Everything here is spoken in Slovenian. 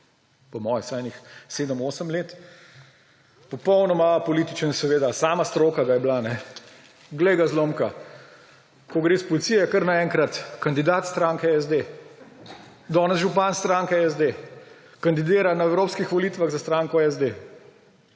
po moje vsaj 7, 8 let, popolnoma apolitičen seveda, sama stroka ga je bila. Poglej ga zlomka, ko gre iz policije, kar naenkrat kandidat stranke SD, danes župan stranke SD. Kandidira na evropskih volitvah za stranko SD.